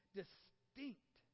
distinct